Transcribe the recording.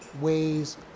ways